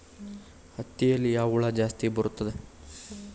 ಹತ್ತಿಯಲ್ಲಿ ಯಾವ ಹುಳ ಜಾಸ್ತಿ ಬರುತ್ತದೆ?